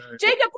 Jacob